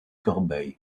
corbeil